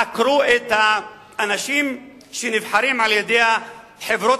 חקרו את האנשים שנבחרים על-ידי החברות